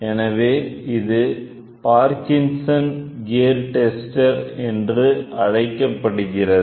எனவே இது Parkinson gear tester என்று அழைக்கப்படுகிறது